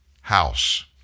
house